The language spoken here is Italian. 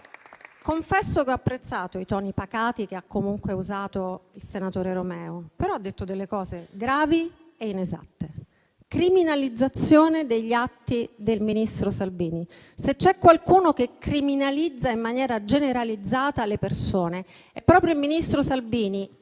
Confesso che ho apprezzato i toni pacati che ha comunque usato il senatore Romeo, però ha detto delle cose gravi e inesatte. Criminalizzazione degli atti del ministro Salvini: se c'è qualcuno che criminalizza in maniera generalizzata le persone è proprio il ministro Salvini,